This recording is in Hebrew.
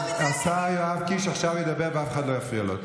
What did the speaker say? השר יואב קיש ידבר עכשיו, ואף אחד לא יפריע לו.